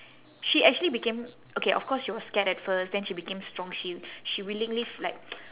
she actually became okay of course she was scared at first then she became strong she she willingly like